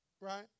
Right